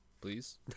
please